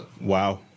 wow